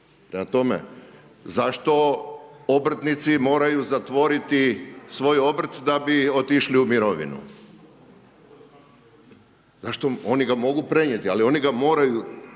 zašto obrtnici moraju zatvoriti svoj obrt da bi otišli u mirovinu? Oni ga mogu prenijeti ali oni ga moraju